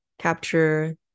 capture